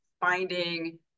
finding